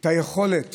את היכולת